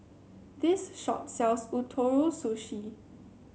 this shop sells Ootoro Sushi